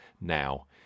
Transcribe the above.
now